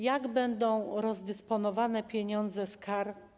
Jak będą rozdysponowane pieniądze z kar?